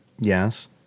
Yes